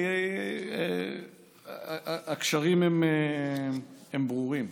כי הקשרים הם ברורים.